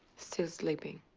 still sleeping.